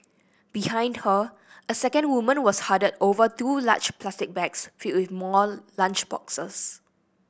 behind her a second woman was huddled over two large plastic bags filled with more lunch boxes